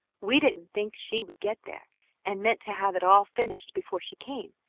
we didn't think she would get there and meant to have it all finished before she came,